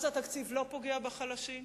אז התקציב לא פוגע בחלשים?